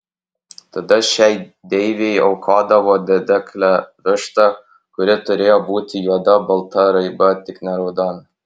tada šiai deivei aukodavo dedeklę vištą kuri turėjo būti juoda balta raiba tik ne raudona